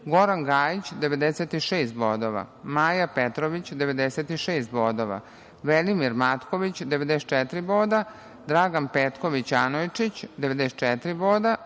Goran Gajić - 96 bodova, Maja Petrović - 96 bodova, Velimir Matković - 94 boda, Dragan Petković Anojčić - 94 boda,